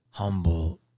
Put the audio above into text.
humble